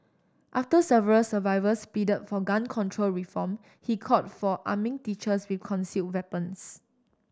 after several survivors plead for gun control reform he called for arming teachers with conceal weapons